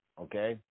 okay